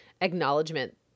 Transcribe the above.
acknowledgement